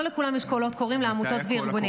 לא לכולם יש קולות קוראים לעמותות וארגונים.